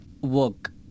work